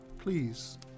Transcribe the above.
Please